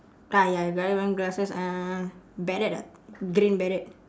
ah ya the guy wearing glasses uh beret ah green beret